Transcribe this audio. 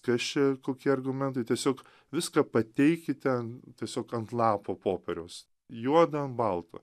kas čia kokie argumentai tiesiog viską pateikite tiesiog ant lapo popieriaus juoda ant balto